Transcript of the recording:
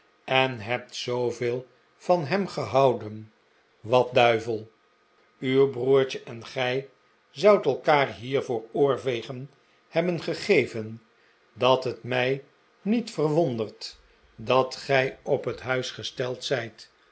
en hebt zooveel van hem gehouden wat duivel uw broertje en gij zoudt elkaar hiervoor oorvegen hebben gegeven dat het mij niet verwondert dat gij op het huis gesteld zijt